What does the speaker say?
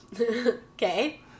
Okay